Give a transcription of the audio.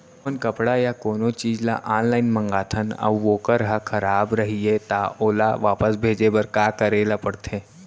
हमन कपड़ा या कोनो चीज ल ऑनलाइन मँगाथन अऊ वोकर ह खराब रहिये ता ओला वापस भेजे बर का करे ल पढ़थे?